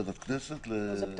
הכנסת.